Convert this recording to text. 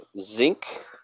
zinc